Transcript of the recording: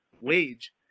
wage